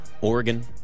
Oregon